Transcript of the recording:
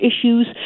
issues